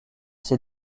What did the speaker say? ces